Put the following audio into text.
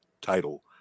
title